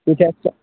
ठीक है